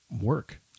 work